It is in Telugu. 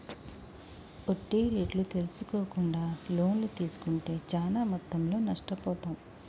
వడ్డీ రేట్లు తెల్సుకోకుండా లోన్లు తీస్కుంటే చానా మొత్తంలో నష్టపోతాం